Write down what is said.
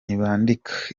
ntibandika